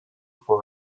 for